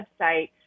website